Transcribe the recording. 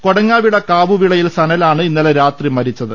കൊടങ്ങാവിള കാവുവിളയിൽ സനൽ ആണ് ഇന്നലെ രാത്രി മരിച്ച ത്